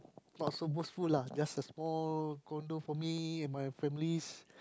not so boastful lah just a small condo for me and my families